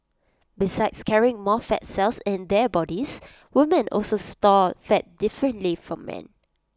besides carrying more fat cells in their bodies women also store fat differently from men